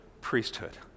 priesthood